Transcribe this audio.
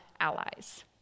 allies